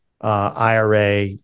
IRA